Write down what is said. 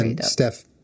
Steph